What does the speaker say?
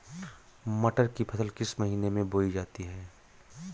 मटर की फसल किस महीने में बोई जाती है?